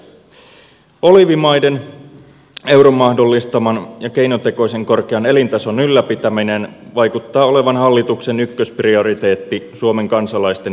oliivimaiden euron mahdollistaman ja keinotekoisen korkean elintason ylläpitäminen vaikuttaa olevan hallituksen ykkösprioriteetti suomen kansalaisten hyvinvoinnin sijasta